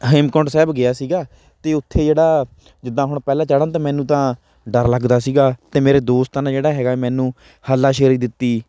ਹੇਮਕੁੰਟ ਸਾਹਿਬ ਗਿਆ ਸੀਗਾ ਅਤੇ ਉੱਥੇ ਜਿਹੜਾ ਜਿੱਦਾਂ ਹੁਣ ਪਹਿਲਾਂ ਚੜ੍ਹਨ ਤੋਂ ਮੈਨੂੰ ਤਾਂ ਡਰ ਲੱਗਦਾ ਸੀਗਾ ਅਤੇ ਮੇਰੇ ਦੋਸਤਾਂ ਨੇ ਜਿਹੜਾ ਹੈਗਾ ਮੈਨੂੰ ਹੱਲਾਸ਼ੇਰੀ ਦਿੱਤੀ